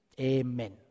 Amen